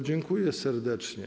Dziękuję serdecznie.